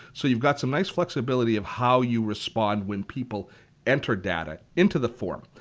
so you've got some nice flexibility of how you respond when people enter data into the form.